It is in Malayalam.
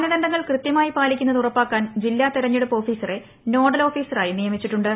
മാനദണ്ഡങ്ങൾ കൃത്യമായി പാലിക്കുന്നത് ഉറപ്പാക്കാൻ ജില്ലാ തെരഞ്ഞെടുപ്പ് ഓഫീസറെ നോഡൽ ഓഫീസറായി നിയമിച്ചിട്ടുണ്ട്